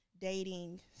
Dating